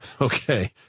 Okay